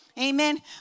Amen